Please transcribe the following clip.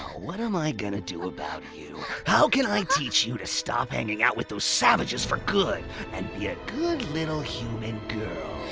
what am i gonna do about you? how can i teach you to stop hanging out with those savages for good and be a good little human girl?